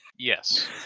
yes